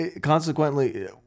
consequently